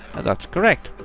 and that's correct.